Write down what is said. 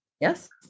yes